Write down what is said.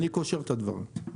אני קושר את הדברים.